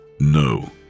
No